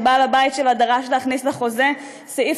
שבעל הבית שלה דרש להכניס לחוזה סעיף